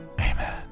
amen